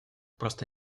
просто